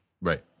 Right